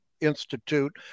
Institute